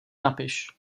napiš